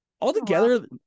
Altogether